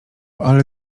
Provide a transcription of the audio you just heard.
ale